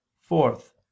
Fourth